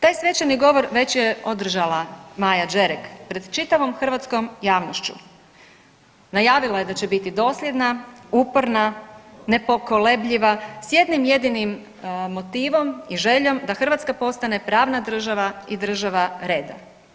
Taj svečani govor već je održala Maja Đerek pred čitavom hrvatskom javnošću, najavila je da će biti dosljedna, uporna, nepokolebljiva sa jednim jedinim motivom i željom da Hrvatska postane pravna država i država reda.